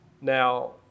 Now